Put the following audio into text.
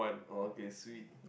oh okay sweet